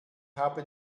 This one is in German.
habe